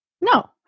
No